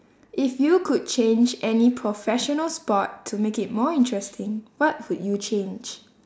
if you could change any professional sport to make it more interesting what would you change